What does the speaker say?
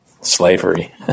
slavery